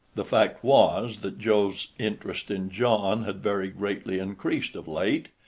the fact was that joe's interest in john had very greatly increased of late,